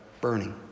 burning